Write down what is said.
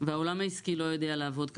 והעולם העסקי לא יודע לעבוד ככה,